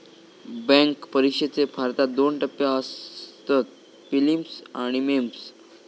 bank परिक्षेचे भारतात दोन टप्पे असतत, पिलिम्स आणि मेंस